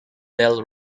bell